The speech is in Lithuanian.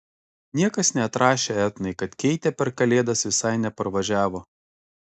niekas neatrašė etnai kad keitė per kalėdas visai neparvažiavo